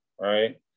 right